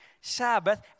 Sabbath